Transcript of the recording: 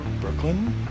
Brooklyn